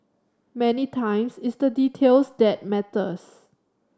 many times it's the details that matters